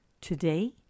Today